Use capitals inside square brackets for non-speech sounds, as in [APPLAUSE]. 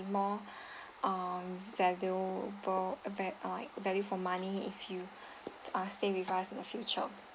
more [BREATH] um valuable va~ uh value for money if you [BREATH] uh staying with us in the future